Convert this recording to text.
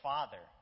Father